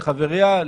לחבריה,